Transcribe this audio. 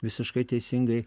visiškai teisingai